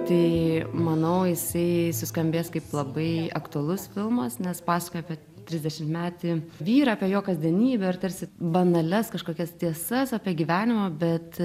tai manau jisai suskambės kaip labai aktualus filmas nes pasakoja apie trisdešimtmetį vyrą apie jo kasdienybę ir tarsi banalias kažkokias tiesas apie gyvenimą bet